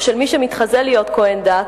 או של מי שמתחזה להיות כוהן דת,